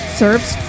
serves